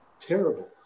terrible